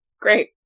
Great